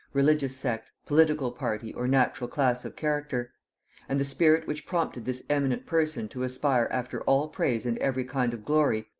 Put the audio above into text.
religious sect, political party, or natural class of character and the spirit which prompted this eminent person to aspire after all praise and every kind of glory,